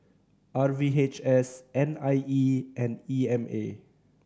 R V H S N I E and E M A